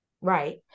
Right